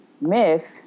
myth